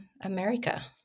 America